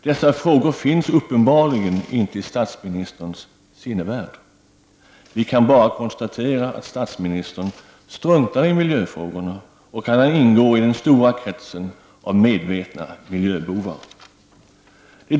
Dessa frågor finns uppenbarligen inte i statsministerns sinnevärld. Vi kan bara konstatera att statsministern struntar i miljöfrågorna och att han ingår i den stora kretsen av medvetna miljöbovar.